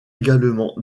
également